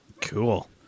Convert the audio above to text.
Cool